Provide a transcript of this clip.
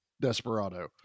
desperado